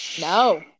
no